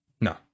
no